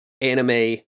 anime